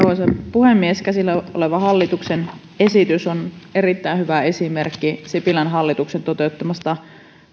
puhemies käsillä oleva hallituksen esitys on erittäin hyvä esimerkki sipilän hallituksen toteuttamasta